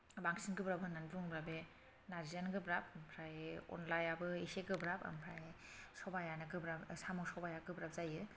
बांसिन गोब्राब होन्नानै बुङोबा बे नारजियानो गोब्राब ओमफ्राय अनलायाबो इसे गोब्राब ओमफ्राय सबायानो गोब्राब साम' सबाया गोब्राब जायो